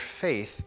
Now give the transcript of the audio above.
faith